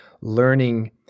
learning